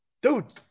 Dude